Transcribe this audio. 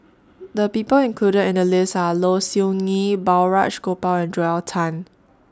The People included in The list Are Low Siew Nghee Balraj Gopal and Joel Tan